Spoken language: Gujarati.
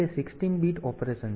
તેથી તે 16 બીટ ઑપરેશન છે